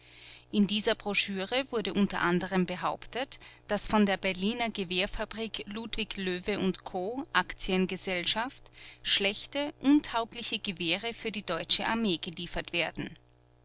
in dieser broschüre wurde u a behauptet daß von der berliner gewehrfabrik ludwig löwe co aktien gesellschaft schlechte untaugliche gewehre für die deutsche armee geliefert werden